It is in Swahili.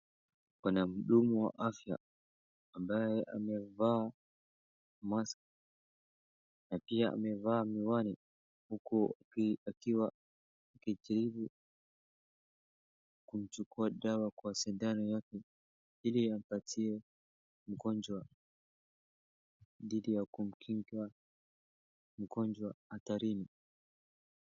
Kuna mhudumu wa afya ambaye amevaa maski na pia amevaa miwani huku akiwa anachukua dawa kwa sindano yake ili apatie mgonjwa dhidi ya kumkinga mgonjwa hatarini.